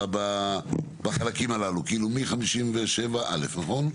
בחלקים הללו, כאילו מ-57 (א), נכון?